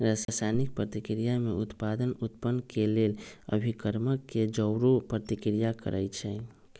रसायनिक प्रतिक्रिया में उत्पाद उत्पन्न केलेल अभिक्रमक के जओरे प्रतिक्रिया करै छै